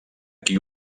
qui